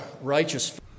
righteous